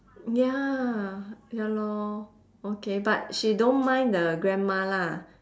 ya ya lor okay but she don't mind the grandma lah